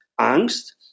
angst